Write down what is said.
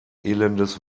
elendes